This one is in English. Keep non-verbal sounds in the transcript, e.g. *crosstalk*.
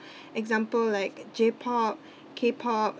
*breath* example like J pop K pop